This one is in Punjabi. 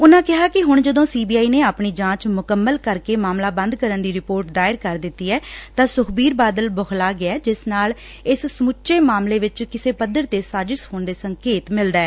ਉਨੂਂ ਕਿਹਾ ਕਿ ਹੁਣ ਜਦੋ ਸੀਬੀਆਈ ਨੇ ਆਪਣੀ ਜਾਂਚ ਮੁਕੰਮਲ ਕਰ ਕੇ ਮਾਮਲਾ ਬੰਦ ਕਰਨ ਦੀ ਰਿਪੋਰਟ ਦਾਇਰ ਕਰ ਦਿੱਤੀ ਐ ਤਾਂ ਸੁਖਬੀਰ ਬਾਦਲ ਬੂਖਲਾ ਗਿਆ ਜਿਸ ਨਾਲ ਇਸ ਸਮੁੱਚੇ ਮਾਮਲੇ ਵਿੱਚ ਕਿਸੇ ਪੱਧਰ ਤੇ ਸਾੀ ਜ਼ ਸ਼ ਹੋਣ ਦਾ ਸੰਕੇਤ ਮਿਲਦੈ